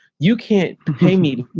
you can't pay me